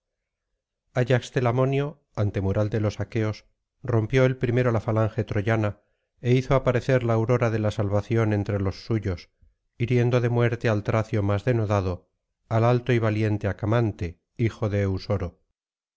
ayax telamonio antemural de los aqueos rompió el primero la falange troyana é hizo aparecer la aurora de la salvación entre los suyos hiriendo de muerte al tracio más denodado al alto y valiente acamante hijo de